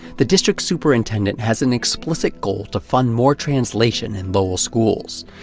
the district superintendent has an explicit goal to fund more translation in lowell schools.